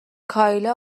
کایلا